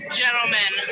gentlemen